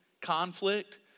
conflict